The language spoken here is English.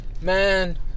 Man